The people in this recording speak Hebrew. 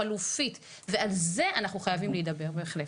חלופית, ועל זה אנחנו חייבים להידבר, בהחלט.